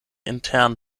intern